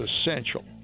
essential